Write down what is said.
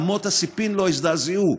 אמות הסיפים לא הזדעזעו.